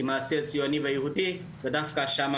כמעשה ציוני ויהודי ודווקא שמה